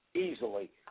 easily